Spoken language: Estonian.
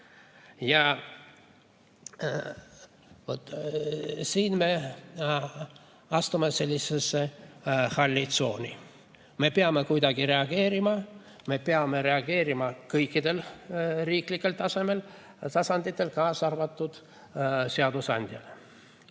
Vaat siin me astume sellisesse halli tsooni. Me peame kuidagi reageerima. Me peame reageerima kõikidel riiklikel tasanditel, kaasa arvatud seadusandjana.